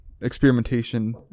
experimentation